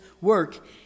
work